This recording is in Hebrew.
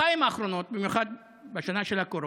בשנתיים האחרונות, במיוחד בשנה של הקורונה,